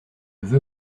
veux